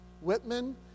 Whitman